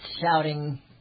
shouting